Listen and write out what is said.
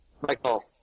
Michael